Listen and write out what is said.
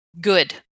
good